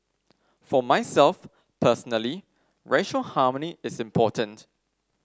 for myself personally racial harmony is important